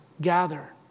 gather